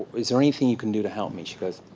is there anything you can do to help me? she goes,